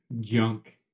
junk